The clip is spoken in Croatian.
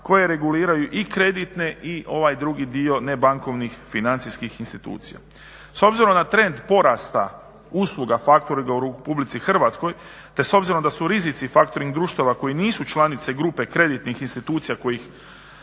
koje reguliraju i kreditne i ovaj drugi ne bankovnih financijskih institucija. S obzirom na trend porasta usluga factoringa u RH te s obzirom da su rizici factoring društava koji nisu članice grupe kreditnih institucija kojih